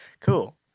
Cool